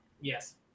Yes